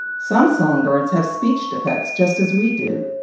some songbirds have speech defects just as we do.